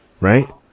Right